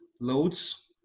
loads